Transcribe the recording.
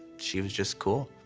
she was just cool.